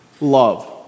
love